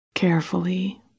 carefully